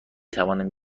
توانم